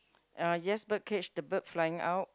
uh yes bird cage the bird flying out